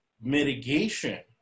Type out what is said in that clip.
mitigation